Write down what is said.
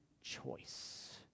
choice